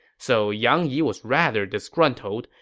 so yang yi was rather disgruntled,